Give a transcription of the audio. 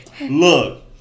look